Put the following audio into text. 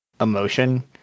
emotion